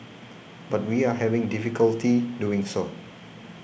but we are having difficulty doing so